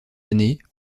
années